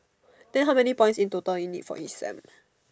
then how many points you need for each sem